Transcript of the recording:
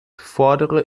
fordere